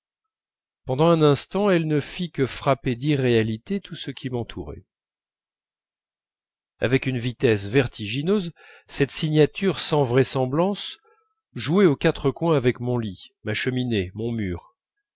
pendant un instant elle ne fit que frapper d'irréalité tout ce qui m'entourait avec une vitesse vertigineuse cette signature sans vraisemblance jouait aux quatre coins avec mon lit ma cheminée mon mur